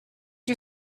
you